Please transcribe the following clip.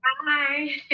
Hi